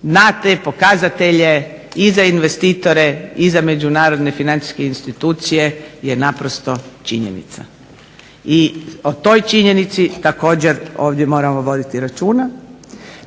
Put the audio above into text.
na te pokazatelje i za investitore i za međunarodne financijske institucije je naprosto činjenica. I o toj činjenici također ovdje moramo voditi računa.